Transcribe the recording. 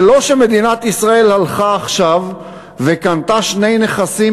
זה לא שמדינת ישראל הלכה עכשיו וקנתה שני נכסים